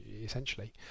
essentially